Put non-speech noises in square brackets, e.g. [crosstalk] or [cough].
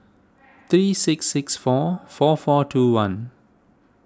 [unintelligible] three six six four four four two one